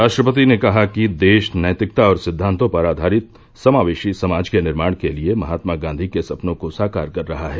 राष्ट्रपति ने कहा कि देश नैतिकता और सिद्वांतों पर आधारित समावेशी समाज के निर्माण के लिए महात्मा गांधी के सपनों को साकार कर रहा है